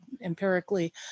empirically